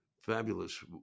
fabulous